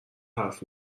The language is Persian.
حرف